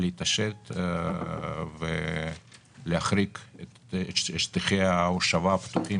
להתעשת ולהחריג את שטחי ההושבה הפתוחים